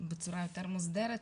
בצורה יותר מוסדרת,